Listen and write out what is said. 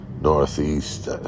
Northeast